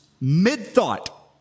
mid-thought